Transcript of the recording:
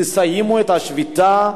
תסיימו את השביתה,